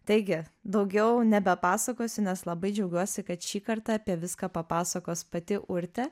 taigi daugiau nebepasakosiu nes labai džiaugiuosi kad šį kartą apie viską papasakos pati urtė